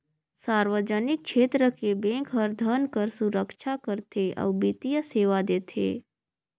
सार्वजनिक छेत्र के बेंक हर धन कर सुरक्छा करथे अउ बित्तीय सेवा देथे